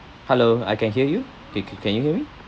hello I can hear you can you hear me